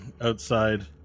outside